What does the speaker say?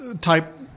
type